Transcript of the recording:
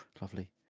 Lovely